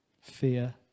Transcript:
Fear